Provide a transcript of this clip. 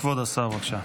כבוד השר, בבקשה.